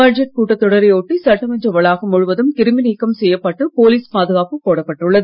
budget கூட்டத்தொடரை ஒட்டி சட்டமன்ற வளாகம் முழுவதும் கிருமி நீக்கம் செய்யப்பட்டு போலீஸ் பாதுகாப்பு போடப் பட்டுள்ளது